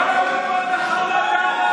לוועדה שתקבע ועדת הכנסת נתקבלה.